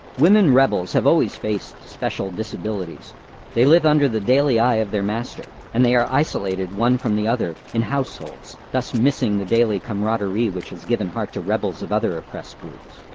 women rebels have always faced special disabilities they live under the daily eye of their master and they are isolated one from the other in households, thus missing the daily camaraderie which has given heart to rebels of other oppressed groups.